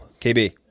KB